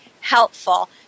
helpful